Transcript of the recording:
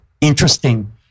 interesting